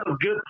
good